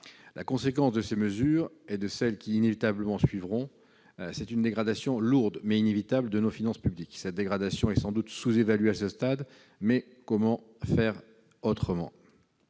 La conséquence de ces mesures et de celles qui immanquablement suivront sera une dégradation lourde, mais inévitable, de nos finances publiques. Cette dégradation est sans doute sous-évaluée à ce stade, mais comment faire autrement ?